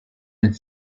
and